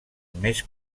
més